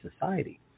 society